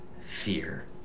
fear